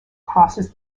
crosses